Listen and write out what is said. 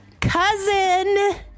cousin